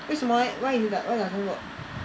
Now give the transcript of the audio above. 为什么 leh why is it like why it doesn't work